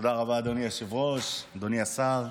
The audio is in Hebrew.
תודה רבה, אדוני היושב-ראש, אדוני השר.